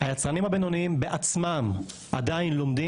היצרנים הבינוניים בעצמם עדיין לומדים